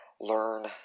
learn